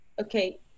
okay